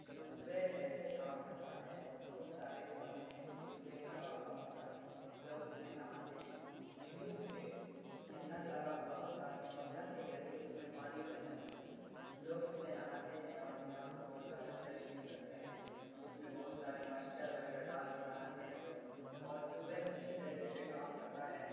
tube well ایسے کام کرتا ہے بہت سارے گھروں میں ٹیوب ویل لگا ہوا ہوتا ہے لوگ اس میں نہاتے ہیں ٹیوب ویل اس میں نل لگا ہوا ہوتا ہے اور نل کے ذریعے اس میں پانی بھرا جاتا ہے لوگ اس میں نہاتے ہیں اور اپنے آپ کو بہت زیادہ فریش فیل کرتے ہیں اس میں بہت سارے موسچر وگیرہ ڈال کے نہاتے ہیں لوگ اور ٹیوب ویل اچھے طریقے سے کام کرتا ہے